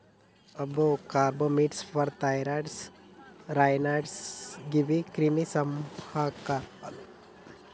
అబ్బో carbamates, pyrethroids, ryanoids గీవి క్రిమి సంహారకాలు